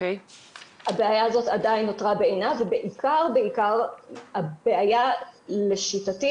הבעיה הזאת עדיין נותרה בעינה ובעיקר הבעיה לשיטתי